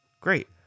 great